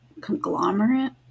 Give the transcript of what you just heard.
conglomerate